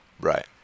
Right